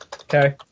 Okay